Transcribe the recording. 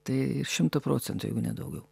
tai šimtu procentų jeigu ne daugiau